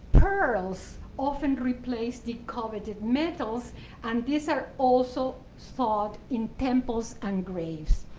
pearls often replaced the coveted metals and these are also sought in temples and graves.